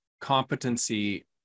competency